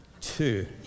two